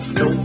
no